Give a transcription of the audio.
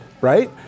Right